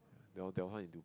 that was that one in Dubai